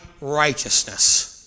righteousness